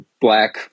black